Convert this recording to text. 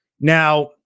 Now